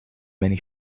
many